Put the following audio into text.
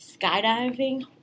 skydiving